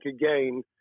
again